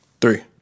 Three